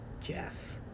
Jeff